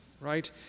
right